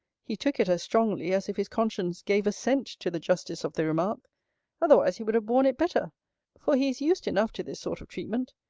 he took it as strongly, as if his conscience gave assent to the justice of the remark otherwise he would have borne it better for he is used enough to this sort of treatment.